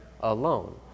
alone